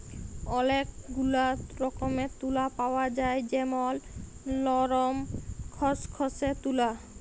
ওলেক গুলা রকমের তুলা পাওয়া যায় যেমল লরম, খসখসে তুলা